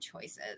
choices